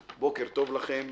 // בוקר טוב לכם,